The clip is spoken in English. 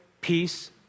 peace